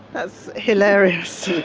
that's hilarious!